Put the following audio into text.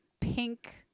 pink